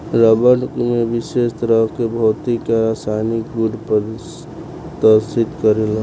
रबड़ में विशेष तरह के भौतिक आ रासायनिक गुड़ प्रदर्शित करेला